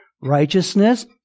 righteousness